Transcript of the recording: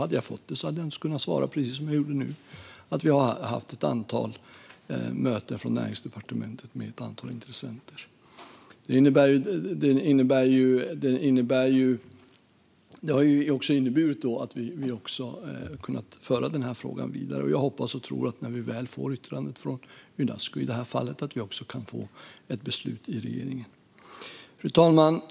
Hade jag fått en sådan hade jag naturligtvis kunnat svara, precis som jag gjorde nu, att vi har haft ett antal möten från Näringsdepartementet med ett antal intressenter. Det har också inneburit att vi har kunnat föra frågan vidare. Jag hoppas och tror att vi kan få till ett beslut i regeringen i det här fallet när vi väl får yttrandet från Unesco. Fru talman!